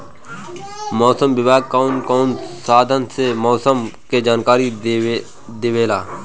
मौसम विभाग कौन कौने साधन से मोसम के जानकारी देवेला?